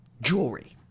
jewelry